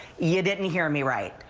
you didn't hear me right.